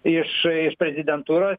iš prezidentūros